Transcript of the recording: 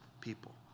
people